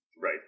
right